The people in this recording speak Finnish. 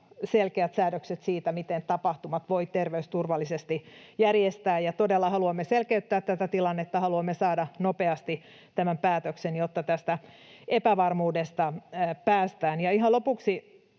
selkeät säännökset siitä, miten tapahtumat voi terveysturvallisesti järjestää. Todella haluamme selkeyttää tätä tilannetta, haluamme saada nopeasti tämän päätöksen, jotta tästä epävarmuudesta päästään. Ja ihan lopuksi